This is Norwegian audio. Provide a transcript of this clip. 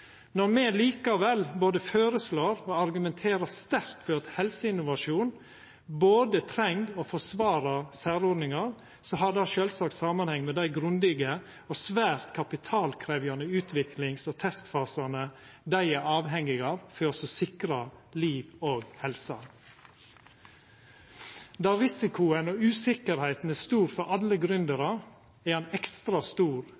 Når me likevel føreslår og argumenterer sterkt for at helseinnovasjon både treng og forsvarar særordningar, har det sjølvsagt samanheng med dei grundige og svært kapitalkrevjande utviklings- og testfasane dei er avhengige av for å sikra liv og helse. Der risikoen og usikkerheita er stor for alle gründerar, er han ekstra stor